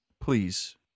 please